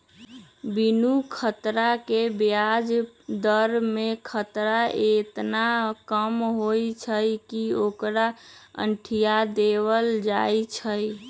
बिनु खतरा के ब्याज दर में खतरा एतना कम होइ छइ कि ओकरा अंठिय देल जाइ छइ